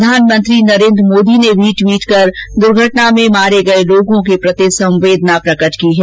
प्रधानमंत्री नरेन्द्र मोदी ने भी टवीट कर दुर्घटना में मारे गए लोगों के प्रति संवेदना प्रकट की है